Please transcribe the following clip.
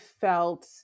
felt